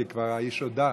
כי האיש כבר הודה.